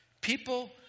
People